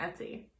Etsy